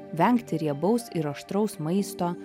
vengti riebaus ir aštraus maisto